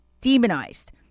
demonized